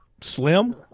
slim